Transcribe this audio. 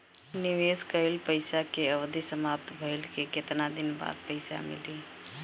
निवेश कइल पइसा के अवधि समाप्त भइले के केतना दिन बाद पइसा मिली?